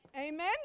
Amen